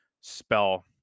spell